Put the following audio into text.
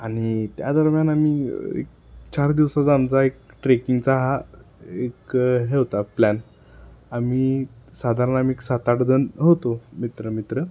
आणि त्या दरम्यान आम्ही एक चार दिवसाचा आमचा एक ट्रेकिंगचा हा एक हे होता प्लॅन आम्ही साधारण आम्ही सात आठजण होतो मित्र मित्र